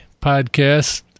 Podcast